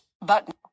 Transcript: button